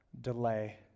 delay